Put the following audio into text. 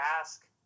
ask